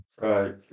Right